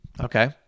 Okay